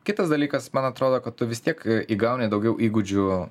kitas dalykas man atrodo kad tu vis tiek įgauni daugiau įgūdžių